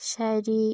ശരി